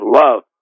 love